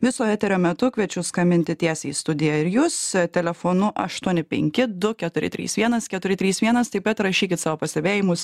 viso eterio metu kviečiu skambinti tiesiai į studiją ir jus telefonu aštuoni penki du keturi trys vienas keturi trys vienas taip pat rašykit savo pastebėjimus